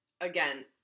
again